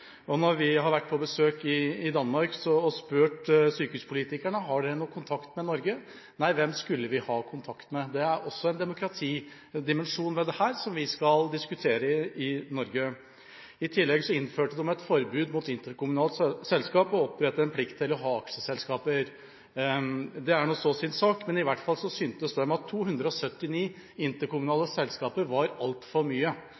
Når vi har vært på besøk i Danmark og spurt sykehuspolitikerne om de har noe kontakt med Norge, svarer de: Nei, hvem skulle vi ha kontakt med? Det er også en demokratidimensjon ved dette som vi skal diskutere i Norge. I tillegg innførte de et forbud mot interkommunale selskaper og opprettet en plikt til å ha aksjeselskaper. Det er nå så sin sak, men i hvert fall syntes de at 279 interkommunale selskaper var altfor mye.